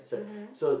mmhmm